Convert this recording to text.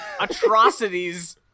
atrocities